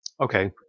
Okay